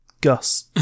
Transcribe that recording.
Gus